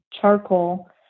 charcoal